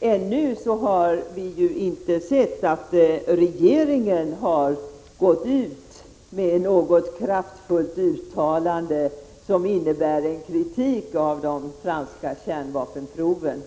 ännu har vi inte sett att regeringen har gått ut med något kraftfullt uttalande som innebär en kritik av de franska kärnvapenproven.